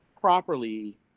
properly